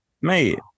mate